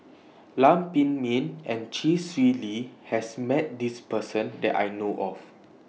Lam Pin Min and Chee Swee Lee has Met This Person that I know of